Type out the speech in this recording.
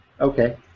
Okay